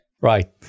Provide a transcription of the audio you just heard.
Right